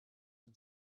and